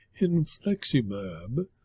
inflexibab